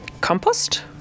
compost